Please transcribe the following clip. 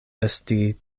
esti